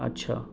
اچھا